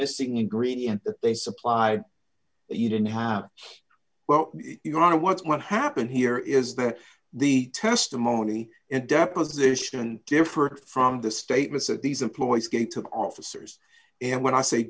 missing ingredient they supplied you didn't have well you know what's what happened here is that the testimony in deposition differ from the statements that these employees gate to officers and when i say